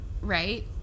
right